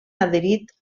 adherit